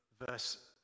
verse